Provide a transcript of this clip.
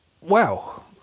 Wow